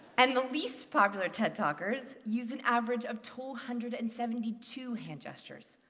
and the least popular ted talkers use an average of two hundred and seventy two hand gestures.